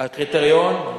הקריטריון.